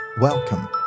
Welcome